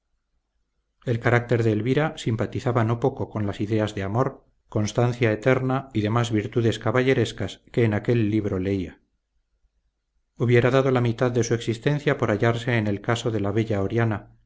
el carácter de elvira simpatizaba no poco con las ideas de amor constancia eterna y demás virtudes caballerescas que en aquel libro leía hubiera dado la mitad de su existencia por hallarse en el caso de la bella oriana